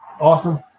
Awesome